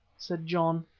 said john.